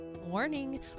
Warning